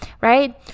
right